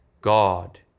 God